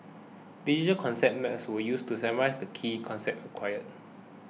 digital concept maps were used to summarise the key concepts acquired